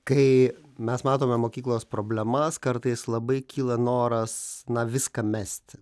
kai mes matome mokyklos problemas kartais labai kyla noras na viską mesti